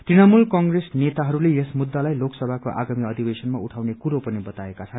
तृणमूल कंग्रेस नेताहरूले यस मुद्दालाई लोकसभको आगामी अधिवेशनमा उइाउने कुरो पनि बताएको छ